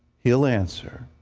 he'll answer.